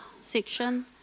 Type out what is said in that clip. section